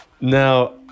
Now